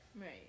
Right